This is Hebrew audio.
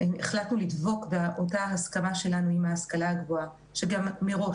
החלטנו לדבוק בהסכמה שלנו עם ההשכלה הגבוהה שמראש